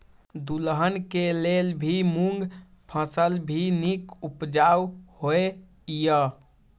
दलहन के लेल भी मूँग फसल भी नीक उपजाऊ होय ईय?